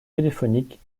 téléphoniques